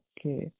Okay